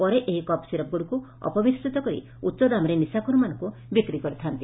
ପରେ ଏହି କପ୍ ସିରପ୍ଗୁଡ଼ିକୁ ଅପମିଶ୍ରିତ କରି ଉଚ ଦାମ୍ରେ ନିଶାଖୋରମାନଙ୍କୁ ବିକ୍ରି କରିଥା'ନ୍ତି